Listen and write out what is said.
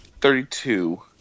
Thirty-two